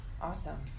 awesome